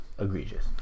egregious